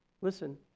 listen